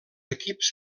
equips